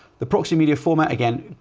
the proxy media format again,